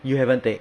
you haven't take